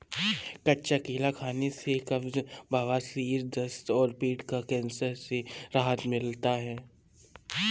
कच्चा केला खाने से कब्ज, बवासीर, दस्त और पेट का कैंसर से राहत मिलता है